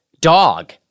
dog